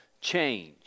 Change